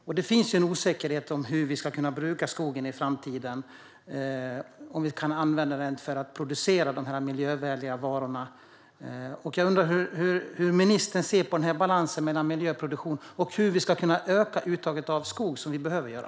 Och det finns en osäkerhet om hur vi ska kunna bruka skogen i framtiden, om vi kan använda den för att producera dessa miljövänliga varor. Jag undrar hur ministern ser på balansen mellan miljöproduktion och det ökade uttag av skog som vi behöver göra.